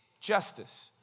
justice